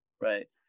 right